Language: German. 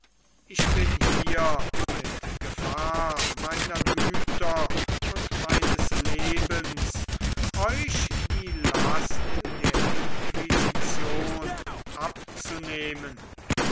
ich bin hier mit gefahr meiner güter und meines lebens euch die last der inquisition abzunehmen